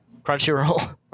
Crunchyroll